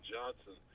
Johnson